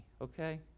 okay